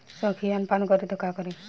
संखिया पान करी त का करी?